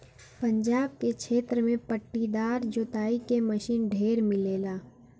पंजाब के क्षेत्र में पट्टीदार जोताई क मशीन ढेर मिलेला